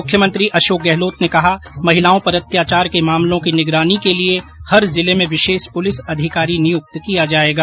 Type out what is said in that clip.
मुख्यमंत्री अशोक गहलोत ने कहा महिलाओं पर अत्याचार के मामलों की निगरानी के लिये हर जिले में विशेष पुलिस अधिकारी नियुक्त किया जायेगा